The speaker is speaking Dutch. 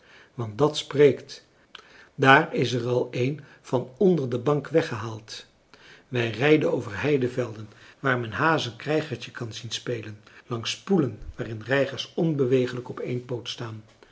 want dat spreekt daar is er al een van onder de bank weggehaald wij rijden over heivelden waar men hazen krijgertje kan zien spelen langs poelen waarin reigers onbeweeglijk op één poot staan